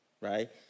right